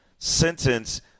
Sentence